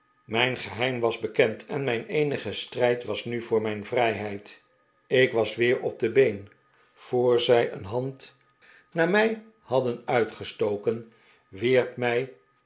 mijn geheim was bekend en mijn eenige strijd was nu voor mijn vrijheid ik was weer op de been voor zij een hand naar mij hadden uitgestoken wierp mij